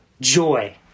joy